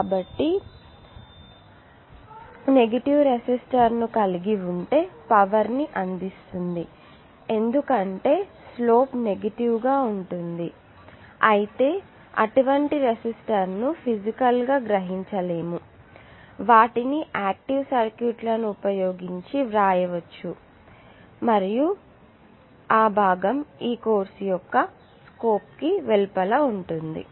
కాబట్టి నెగటివ్ రెసిస్టర్ను కలిగి ఉంటే పవర్ ని అందిస్తుంది ఎందుకంటే స్లోప్ నెగటివ్ గా ఉంటుంది అయితే అటువంటి రెసిస్టర్ను ఫిసికల్ గా గ్రహించలేము వాటిని ఆక్టివ్ సర్క్యూట్లను ఉపయోగించి గ్రహించవచ్చు మరియు ఆ భాగం ఈ కోర్సు యొక్క స్కోప్ కి వెలుపల ఉంది